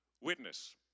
witness